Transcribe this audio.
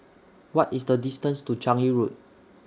What IS The distance to Changi Road